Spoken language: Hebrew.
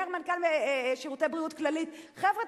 אומר מנכ"ל "שירותי בריאות כללית": חבר'ה,